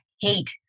hate